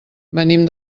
venim